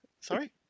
Sorry